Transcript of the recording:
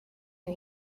you